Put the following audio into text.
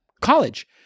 college